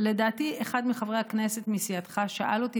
לדעתי אחד מחברי הכנסת מסיעתך שאל אותי